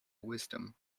wisdom